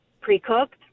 pre-cooked